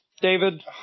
David